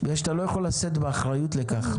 בגלל שאתה לא יכול לשאת באחריות לכך.